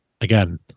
again